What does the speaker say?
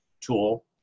tool